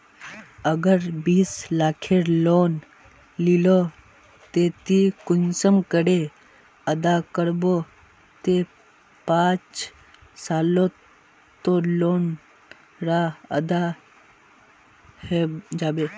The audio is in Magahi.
अगर बीस लाखेर लोन लिलो ते ती कुंसम करे अदा करबो ते पाँच सालोत तोर लोन डा अदा है जाबे?